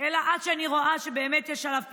אלא עד שאני רואה שבאמת יש עליו פיקוח.